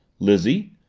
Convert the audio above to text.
lizzie,